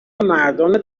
مردان